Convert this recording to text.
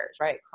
right